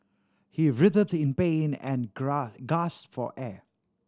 he writhed in pain and for air